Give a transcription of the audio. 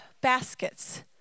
baskets